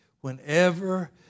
Whenever